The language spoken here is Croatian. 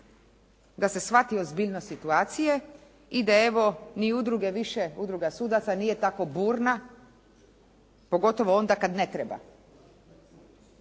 da se shvati ozbiljnost situacije i da evo ni udruge više, Udruga sudaca nije tako burna pogotovo onda kad ne treba.